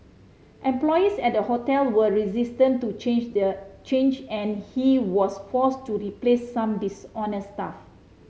employees at the hotel were resistant to change their change and he was forced to replace some dishonest staff